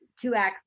2x